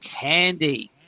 candy